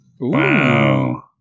Wow